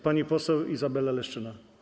Pani poseł Izabela Leszczyna.